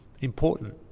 important